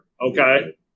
Okay